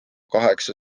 kaheksa